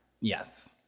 yes